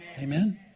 amen